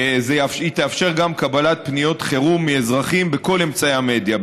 היא תאפשר גם קבלת פניות חירום מאזרחים בכל אמצעי המדיה,